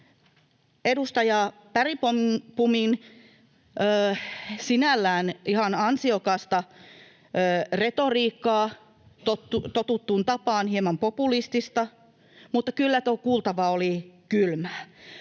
edustaja Bergbomin sinällään ihan ansiokasta retoriikkaa, totuttuun tapaan hieman populistista, mutta kyllä tuo kuultava oli kylmää.